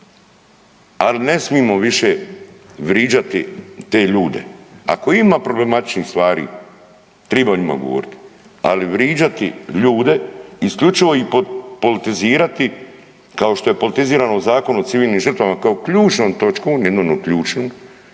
Ali ne smimo više vriđati te ljude, ako ima problematičnih stvari triba o njima govoriti, ali vriđati ljude, isključivo ih politizirati, kao što je politizirano u Zakonu o civilnim žrtvama, kao ključnom točkom, jednom od ključnih,